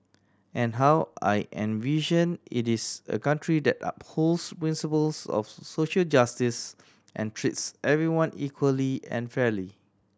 and how I envision it is a country that upholds principles of social justice and treats everyone equally and fairly